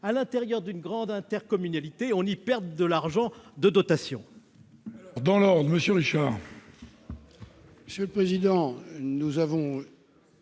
à l'intérieur d'une grande intercommunalité, on y perde des dotations,